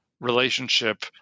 relationship